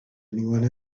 anyone